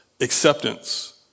acceptance